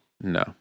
No